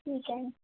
ठीक आहे